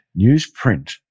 Newsprint